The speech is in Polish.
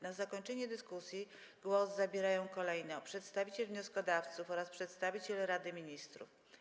Na zakończenie dyskusji głos zabierają kolejno przedstawiciel wnioskodawców oraz przedstawiciel Rady Ministrów.